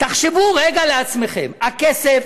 תחשבו רגע לעצמכם: הכסף